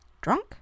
Drunk